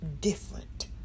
different